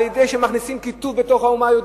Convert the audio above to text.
על-ידי שמכניסים קיטוב בתוך האומה היהודית.